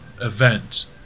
event